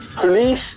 police